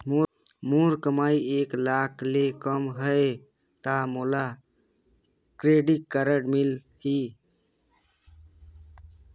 मोर कमाई एक लाख ले कम है ता मोला क्रेडिट कारड मिल ही?